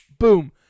Boom